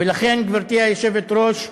ולכן, גברתי היושבת-ראש,